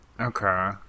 Okay